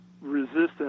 resistance